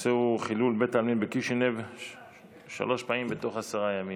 הנושא הוא חילול בית העלמין בקישינב שלוש פעמים בתוך עשרה ימים.